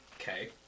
Okay